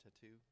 Tattoo